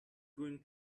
going